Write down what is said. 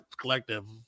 Collective